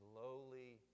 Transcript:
lowly